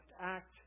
act